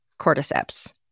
cordyceps